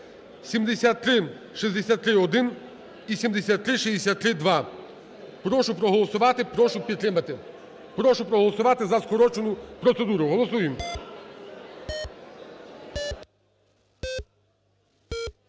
7363-1 і 7363-2. Прошу проголосувати, прошу підтримати. Прошу проголосувати за скорочену процедуру. Голосуємо.